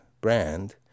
brand